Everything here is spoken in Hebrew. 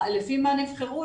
לפי מה נבחרו,